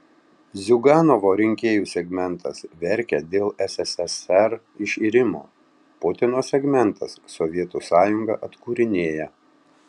ziuganovo rinkėjų segmentas verkia dėl sssr iširimo putino segmentas sovietų sąjungą atkūrinėja